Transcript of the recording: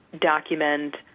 document